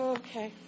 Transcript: okay